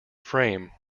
frame